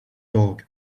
dog